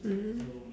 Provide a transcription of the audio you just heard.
mm